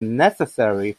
necessary